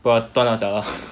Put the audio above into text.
不要断掉脚 lor